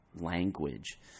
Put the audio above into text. language